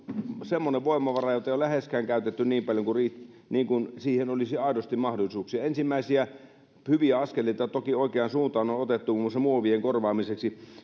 semmoinen voimavara jota ei ole läheskään käytetty niin paljon kuin siihen olisi aidosti mahdollisuuksia ensimmäisiä hyviä askeleita toki oikeaan suuntaan on on otettu muun muassa muovien korvaamiseksi